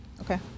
Okay